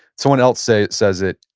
someone else say it says it,